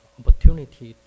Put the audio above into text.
opportunity